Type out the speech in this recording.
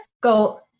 go